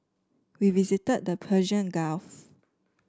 we visited the Persian Gulf